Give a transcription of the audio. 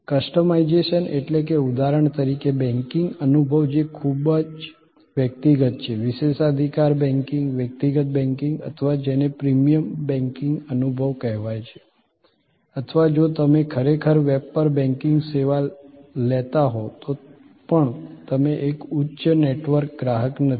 customisation એટલે કેઉદાહરણ તરીકે બેંકિંગ અનુભવ જે ખૂબ જ વ્યક્તિગત છે વિશેષાધિકાર બેંકિંગ વ્યક્તિગત બેંકિંગ અથવા જેને પ્રીમીયર બેંકિંગ અનુભવ કહેવાય છે અથવા જો તમે ખરેખર વેબ પર બેંકિંગ સેવા લેતા હોવ તો પણ તમે એક ઉચ્ચ નેટવર્ક ગ્રાહક નથી